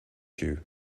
you